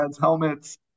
helmets